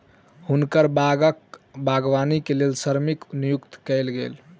हुनकर बागक बागवानी के लेल श्रमिक नियुक्त कयल गेल